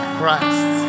Christ